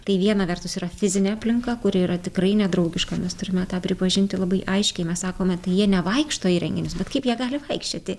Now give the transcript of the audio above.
tai viena vertus yra fizinė aplinka kuri yra tikrai nedraugiška mes turime tą pripažinti labai aiškiai mes sakome tai jie nevaikšto į renginius bet kaip jie gali vaikščioti